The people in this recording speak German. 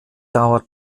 dauert